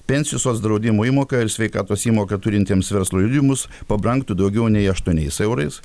pensijų soc draudimo įmoka ir sveikatos įmoka turintiems verslo liudijimus pabrangtų daugiau nei aštuoniais eurais